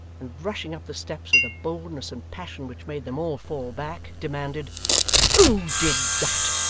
and rushing up the steps with a boldness and passion which made them all fall back, demanded who did that?